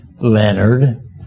Leonard